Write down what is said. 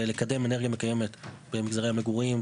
ולקדם אנרגיה מקיימת במגזרי המגורים,